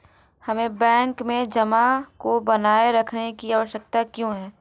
हमें बैंक में जमा को बनाए रखने की आवश्यकता क्यों है?